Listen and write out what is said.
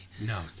No